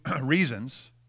reasons